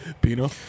Pino